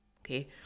okay